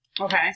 Okay